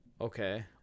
Okay